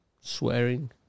Swearing